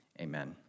Amen